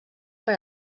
per